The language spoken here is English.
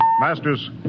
Masters